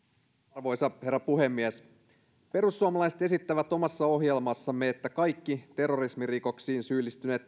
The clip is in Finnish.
arvoisa herra puhemies perussuomalaiset esittävät omassa ohjelmassaan että kaikki terrorismirikoksiin syyllistyneet